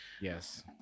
Yes